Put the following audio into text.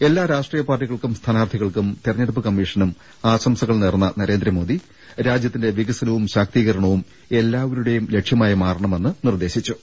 എല്ലാ രാഷ്ട്രീയ പാർട്ടികൾക്കും സ്ഥാനാർഥികൾക്കും തെരഞ്ഞെടുപ്പ് കമ്മീഷനും ആശംസകൾ നേർന്ന നരേന്ദ്രമോദി രാജ്യത്തിന്റെ വികസനവും ശാക്തീകരണവും എല്ലാവരുടെയും ലക്ഷ്യമായി മാറണമെന്നും നിർദേശിച്ചു